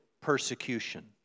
persecution